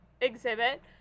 exhibit